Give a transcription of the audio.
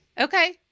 okay